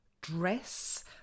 dress